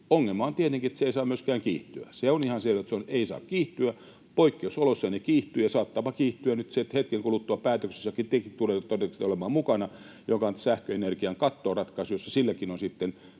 Ongelma on tietenkin, että se ei saa myöskään kiihtyä. Se on ihan selvä, että se ei saa kiihtyä. Poikkeusoloissa ne kiihtyvät, ja saattaapa se kiihtyä nyt hetken kuluttua päätöksessä, jossa tekin tulette todennäköisesti olemaan mukana, joka on sähköenergian kattoratkaisu, jolla silläkin on sitten